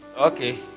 Okay